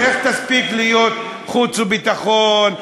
איך תספיק להיות בחוץ וביטחון?